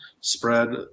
spread